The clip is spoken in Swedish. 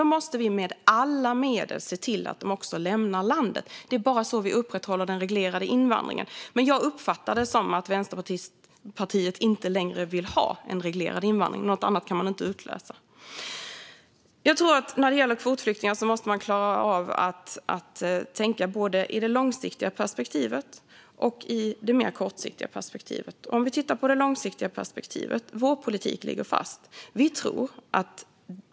Då måste vi med alla medel se till att de också lämnar landet. Det är bara så vi upprätthåller den reglerade invandringen. Jag uppfattar det som att Vänsterpartiet inte längre vill ha en reglerad invandring. Något annat kan man inte utläsa. När det gäller kvotflyktingar måste man klara av att tänka både i det långsiktiga perspektivet och i det mer kortsiktiga perspektivet. Om vi tittar på det långsiktiga perspektivet ligger vår politik fast.